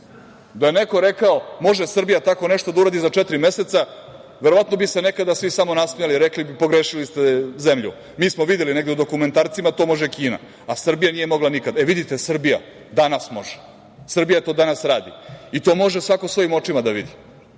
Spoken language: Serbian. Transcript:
je neko rekao - može Srbija tako nešto da uradi za četiri meseca verovatno bi se nekada svi samo nasmejali i rekli – pogrešili ste zemlju. Mi smo videli negde u dokumentarcima, to može Kina, a Srbija nije mogla nikad. Vidite, Srbija danas može. Srbija to danas radi i to može svako svojim očima da vidi.